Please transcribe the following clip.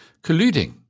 colluding